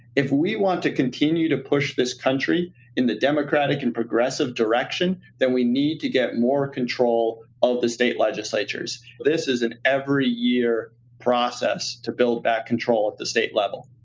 if we want to continue to push this country in the democratic and progressive direction, then we need to get more control of the state legislatures. this is an every year process to build back control at the state level.